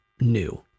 new